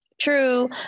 true